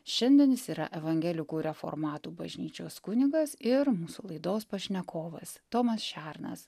šiandien jis yra evangelikų reformatų bažnyčios kunigas ir mūsų laidos pašnekovas tomas šernas